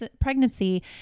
pregnancy